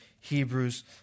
Hebrews